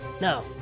No